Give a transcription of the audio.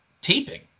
taping